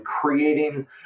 creating